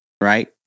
Right